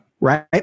Right